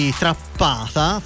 trappata